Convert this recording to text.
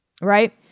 right